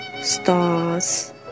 Stars